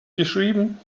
geschrieben